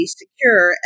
secure